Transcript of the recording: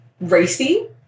racy